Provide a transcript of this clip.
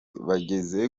bageze